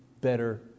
better